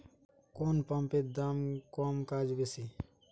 কোন পাম্পের দাম কম কাজ বেশি?